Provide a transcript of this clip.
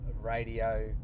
radio